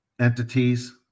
entities